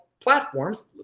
platforms